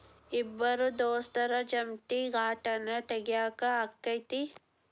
ಇಬ್ರ ದೋಸ್ತರ ಜಂಟಿ ಖಾತಾನ ತಗಿಯಾಕ್ ಆಕ್ಕೆತಿ?